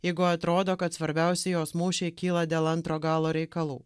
jeigu atrodo kad svarbiausi jos mūšiai kyla dėl antro galo reikalų